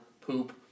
poop